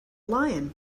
lion